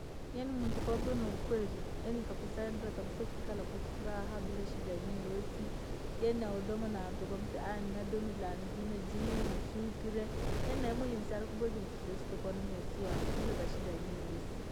Yaani muntu koo waviire na ukwerii, yaani ikakusaidira kabisa kuikalaa kwa furaha bila shida iriyoosi, yaani noodoma na hantu ukamuseaai ni nadomire ani nijei na jei nafyukire, yaani nayemwenevyo sianikuboiya chirichosi takuu ni mosiwako bila yashida aina yoyosi.